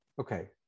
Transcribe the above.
okay